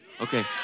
Okay